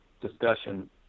discussion